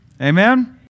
Amen